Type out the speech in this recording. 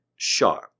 sharp